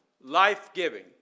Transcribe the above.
life-giving